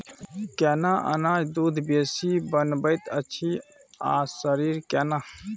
केना अनाज दूध बेसी बनबैत अछि आ शरीर केना?